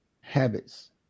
habits